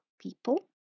people